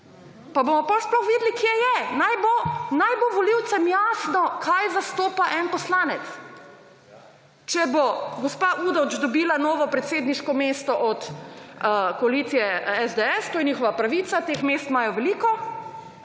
pa bomo potem sploh videli, kje je. Naj bo volivcem jasno, kaj zastopa en poslanec. Če bo gospa Udovč dobila novo predsedniško mesto od koalicije SDS, to je njihova pravica, teh mest imajo veliko,